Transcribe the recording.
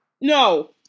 No